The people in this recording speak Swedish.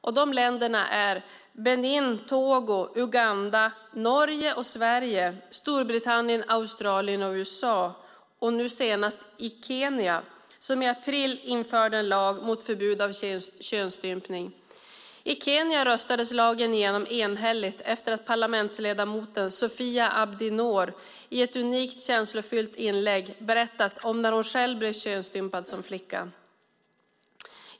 Dessa länder är Benin, Togo, Uganda, Norge, Sverige, Storbritannien, Australien, USA och nu senast Kenya, som i april införde en lag om förbud mot könsstympning. I Kenya röstades lagen igenom enhälligt efter att parlamentsledamoten Sophia Abdi Noor i ett unikt och känslofyllt inlägg berättat om när hon själv blev könsstympad som flicka.